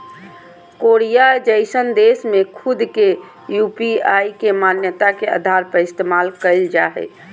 Korea जइसन देश में खुद के यू.पी.आई के मान्यता के आधार पर इस्तेमाल कईल जा हइ